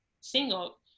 single